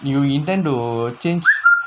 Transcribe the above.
you intend to change